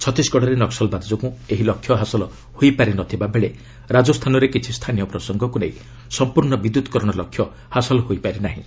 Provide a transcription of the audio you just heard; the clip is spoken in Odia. ଛତିଶଗଡ଼ରେ ନକ୍କଲବାଦ ଯୋଗୁଁ ଏହି ଲକ୍ଷ୍ୟ ହାସଲ ହୋଇପାରିନଥିବା ବେଳେ ରାଜସ୍ଥାନରେ କିଛି ସ୍ଥାନୀୟ ପ୍ରସଙ୍ଗକୁ ନେଇ ସମ୍ପୂର୍ଣ୍ଣ ବିଦ୍ୟୁତ୍ କରଣ ଲକ୍ଷ୍ୟ ହାସଲ ହୋଇପାରି ନାହିଁ